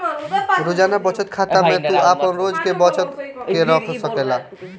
रोजाना बचत खाता में तू आपन रोज के बचत के रख सकेला